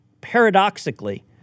paradoxically